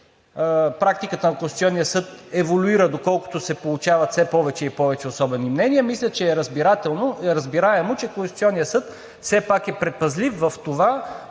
практиката на Конституционния съд еволюира, доколкото се получават все повече и повече особени мнения, мисля, че е разбираемо, че Конституционният съд все пак е предпазлив в това